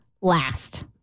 last